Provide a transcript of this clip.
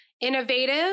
innovative